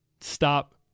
stop